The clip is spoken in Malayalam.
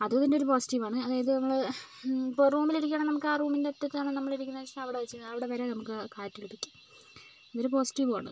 അത് ഇതിൻ്റെ ഒരു പോസിറ്റീവാണ് അതായത് നമ്മള് ഇപ്പോൾ റൂമിലിരിക്കുവാണെൽ നമുക്ക് ആ റൂമിൻ്റെ അറ്റത്താണ് നമ്മൾ ഇരിക്കുന്നതെന്ന് വെച്ച് അവിടെവെച്ച് അവിടെവരെ നമുക്ക് കാറ്റ് ലഭിക്കും ഇതൊരു പോസിറ്റീവുമാണ്